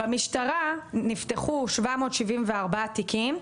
במשטרה נפתחו 774 תיקים,